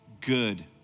good